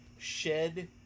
shed